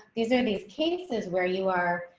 these are these cases where you are.